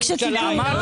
רק שתדעו.